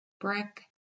brick